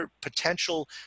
potential